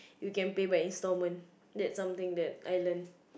you can pay back instalments that's something that I learn